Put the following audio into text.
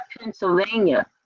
Pennsylvania